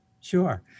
Sure